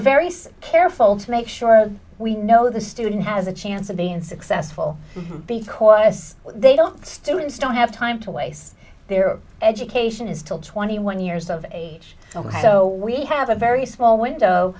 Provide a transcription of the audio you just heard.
set careful to make sure we know the student has a chance of being successful because as they don't students don't have time to waste their education is still twenty one years of age ok so we have a very small window